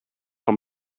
from